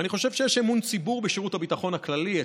ואני חושב שיש אמון ציבור בשירות הביטחון הכללי.